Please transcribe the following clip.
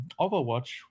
Overwatch